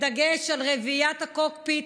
בדגש על רביעיית הקוקפיט,